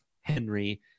Henry